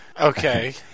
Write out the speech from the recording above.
Okay